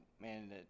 man